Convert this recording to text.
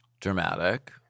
Dramatic